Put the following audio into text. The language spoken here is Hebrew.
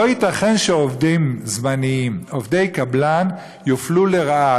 לא ייתכן שעובדים זמניים, עובדי קבלן יופלו לרעה.